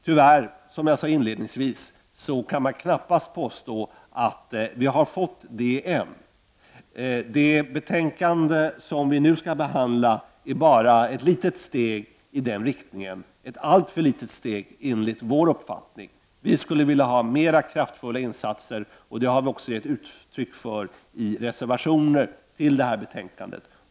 Tyvärr kan man, som jag inledningsvis sade, knappast påstå att vi har fått det än. Det betänkande som vi nu behandlar är bara ett litet steg i den riktningen, ett alltför litet steg enligt vår uppfattning. Vi skulle vilja ha till stånd mer kraftfulla insatser, och det har vi också givit uttryck för i reservationer till betänkandet.